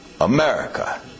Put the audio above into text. America